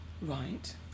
Right